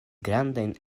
grandajn